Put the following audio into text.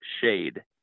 shade